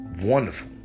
wonderful